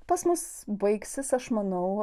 pas mus baigsis aš manau